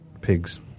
pigs